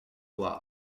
loire